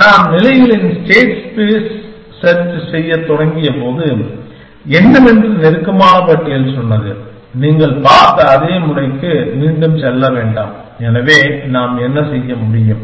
நாம் நிலைகளின் state space search செய்யத் தொடங்கியபோது என்னவென்று நெருக்கமான பட்டியல் சொன்னது நீங்கள் பார்த்த அதே முனைக்கு மீண்டும் செல்ல வேண்டாம் எனவே நாம் என்ன செய்ய முடியும்